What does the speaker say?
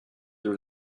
your